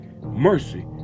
mercy